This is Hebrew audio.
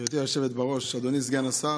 גברתי היושבת בראש, אדוני סגן השר